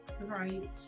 right